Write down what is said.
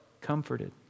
comforted